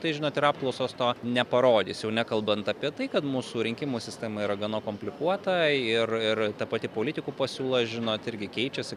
tai žinot ir apklausos to neparodys jau nekalbant apie tai kad mūsų rinkimų sistema yra gana komplikuota ir ir ta pati politikų pasiūla žinot irgi keičiasi